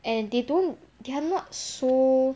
and they don't they're not so